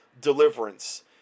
deliverance